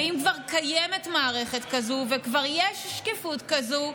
ואם כבר קיימת מערכת כזאת וכבר יש שקיפות כזאת,